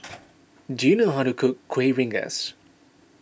do you know how to cook Kuih Rengas